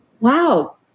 wow